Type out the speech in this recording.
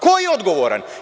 Ko je odgovoran?